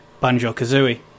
Banjo-Kazooie